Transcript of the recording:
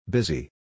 Busy